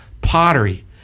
Pottery